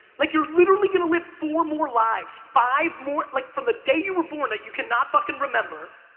like, you're literally gonna live four more lives. five more, like from the day your were born that you cannot fuckin' remember,